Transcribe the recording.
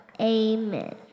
Amen